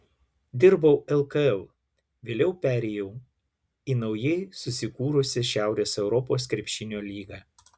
dirbau lkl vėliau perėjau į naujai susikūrusią šiaurės europos krepšinio lygą